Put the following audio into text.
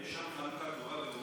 יש שם חלוקה יפה מאוד.